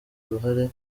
uruhare